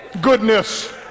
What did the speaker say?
goodness